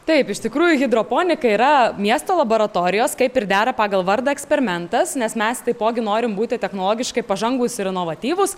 taip iš tikrųjų hidroponika yra miesto laboratorijos kaip ir dera pagal vardą ekspermentas nes mes taipogi norim būti technologiškai pažangūs ir inovatyvūs